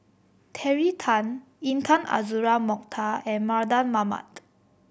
Terry Tan Intan Azura Mokhtar and Mardan Mamat